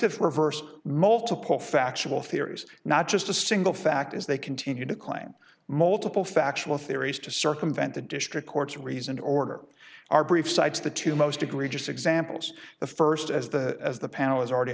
s reversed multiple factual theories not just a single fact is they continue to claim multiple factual theories to circumvent the district court's reason to order our brief cites the two most egregious examples the first as the as the